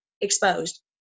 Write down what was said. exposed